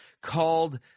called